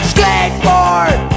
Skateboard